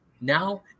now